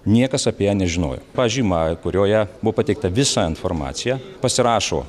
niekas apie ją nežinojo pažyma kurioje buvo pateikta visa informacija pasirašo